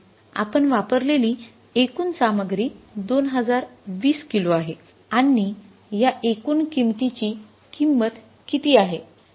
आपण वापरलेली एकूण सामग्री २०२० किलो आहे आणि या एकूण किंमतीची किंमत किती आहे